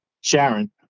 Sharon